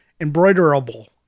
Embroiderable